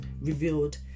revealed